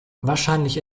wahrscheinlich